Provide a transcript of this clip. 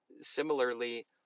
similarly